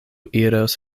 iros